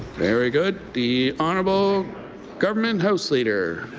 very good. the honourable government house leader.